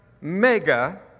mega